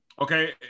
Okay